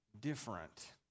different